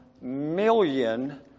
million